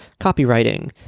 copywriting